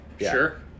sure